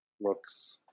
looks